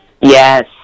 Yes